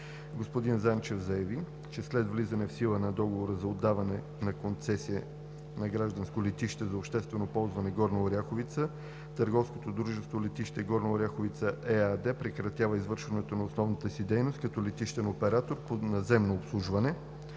Господин Занчев заяви, че след влизане в сила на договора за отдаване на концесия на гражданско летище за обществено ползване – Горна Оряховица, търговското дружество „Летище Горна Оряховица“ ЕАД прекратява извършването на основната си дейност като летищен оператор по наземно обслужване.